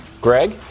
Greg